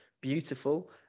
beautiful